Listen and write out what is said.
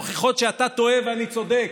מוכיחות שאתה טועה ואני צודק,